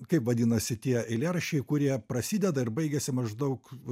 kaip vadinasi tie eilėraščiai kurie prasideda ir baigiasi maždaug